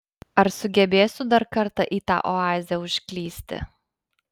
ar sugebėsiu dar kartą į tą oazę užklysti